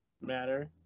matter